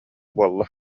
буолла